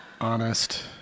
honest